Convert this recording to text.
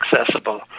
accessible